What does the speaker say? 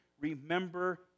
Remember